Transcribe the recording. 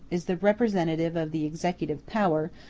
is the representative of the executive power,